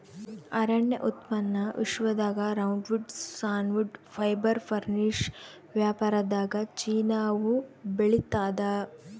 ಅರಣ್ಯ ಉತ್ಪನ್ನ ವಿಶ್ವದಾಗ ರೌಂಡ್ವುಡ್ ಸಾನ್ವುಡ್ ಫೈಬರ್ ಫರ್ನಿಶ್ ವ್ಯಾಪಾರದಾಗಚೀನಾವು ಬೆಳಿತಾದ